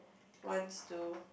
wants to